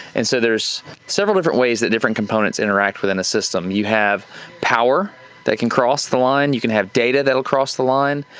and so there's several different ways that different components interact within a system. you have power that can cross the line, you can have data that'll cross the line,